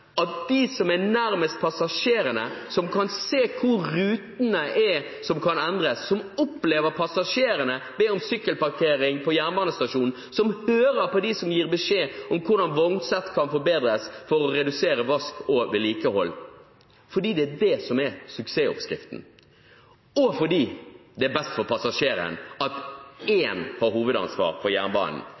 er de som er nærmest passasjerene, som kan se hvor rutene som kan endres, er, som opplever passasjerene be om sykkelparkering på jernbanestasjonen, som hører på dem som gir beskjed om hvordan vognsett kan forbedres for å redusere vask og vedlikehold – fordi det er det som er suksessoppskriften, og fordi det er best for passasjerene at én tar hovedansvar for jernbanen.